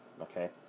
Okay